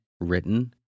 written